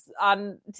on